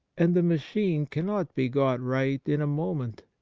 and the machine cannot be got right in a moment.